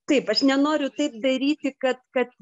taip aš nenoriu taip daryti kad kad